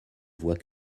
voit